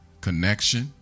connection